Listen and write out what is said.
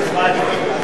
נתקבלה.